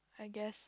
I guess